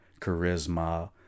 charisma